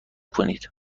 کنید